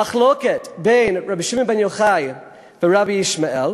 המחלוקת בין רבי שמעון בר יוחאי לרבי ישמעאל.